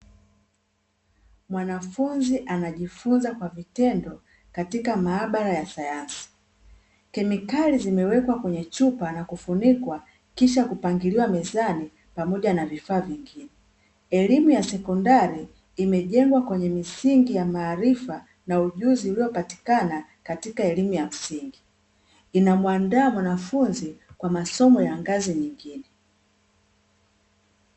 Mwanafunzi anajifunza kwa vitendo katika maabara ya sayansi. Kemikali zimewekwa kwenye chupa na kufunikwa kisha kupangiliwa mezani pamoja na vifaa vingine. Elimu ya sekondari imejengwa kwenye misingi ya maarifa na ujuzi uliopatikana katika elimu ya msingi, inamuandaa mwanafunzi kwa masomo ya ngazi nyingine.